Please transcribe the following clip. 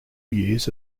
years